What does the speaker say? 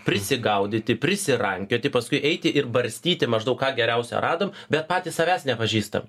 prisigaudyti prisirankioti paskui eiti ir barstyti maždaug ką geriausio radom bet patys savęs nepažįstam